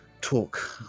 talk